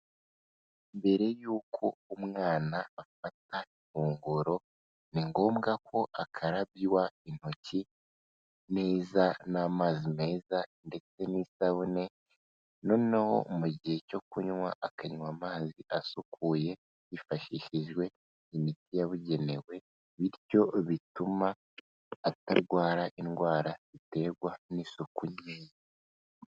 Mbere yuko umwana afata inkongoro ni ngombwa ko akarabywa intoki neza n'amazi meza ndetse n'isabune, noneho mu gihe cyo kunywa akanywa amazi asukuye hifashishijwe imiti yabugenewe, bityo bituma atarwara indwara ziterwa n'isuku nke.